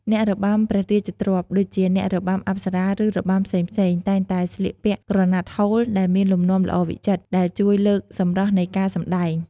អ្នករបាំព្រះរាជទ្រព្យ ដូចជាអ្នករបាំអប្សរា ឬរបាំផ្សេងៗ តែងតែស្លៀកពាក់ក្រណាត់ហូលដែលមានលំនាំល្អវិចិត្រ ដែលជួយលើកសម្រស់នៃការសម្តែង។